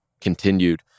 continued